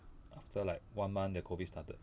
after like one month the COVID started